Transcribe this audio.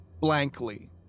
blankly